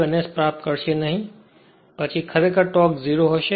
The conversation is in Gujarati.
પછી ટોર્ક ખરેખર 0 હશે